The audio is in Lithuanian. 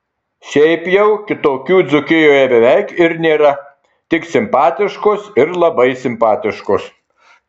šiaip jau kitokių dzūkijoje beveik ir nėra tik simpatiškos ir labai simpatiškos